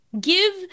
Give